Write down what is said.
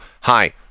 Hi